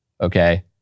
okay